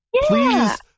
Please